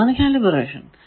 അതാണ് കാലിബ്രേഷൻ